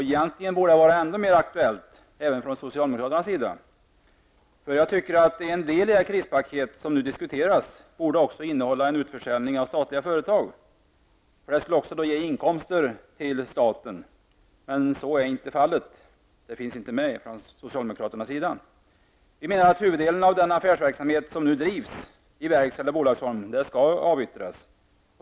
Egentligen borde detta vara ännu mera aktuellt även från socialdemokraternas sida. En del av det krispaket som nu diskuteras borde, tycker jag, också innehålla en utförsäljning av statliga företag. Det skulle också ge inkomster till staten. Men så är inte fallet. Det finns inte med i resonemanget från socialdemokraternas sida. Vi menar att huvuddelen av den affärsverksamhet som nu bedrivs i verks eller bolagsform skall avyttras.